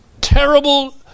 terrible